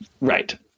Right